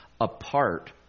apart